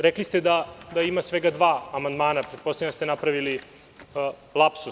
Rekli ste da ima svega dva amandmana, pretpostavljam da ste napravili lapsus.